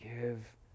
give